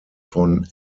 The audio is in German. von